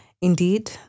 Indeed